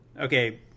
Okay